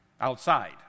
outside